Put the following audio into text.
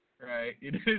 Right